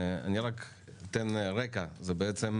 אתן רקע כללי,